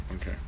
Okay